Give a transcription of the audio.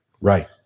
Right